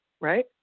right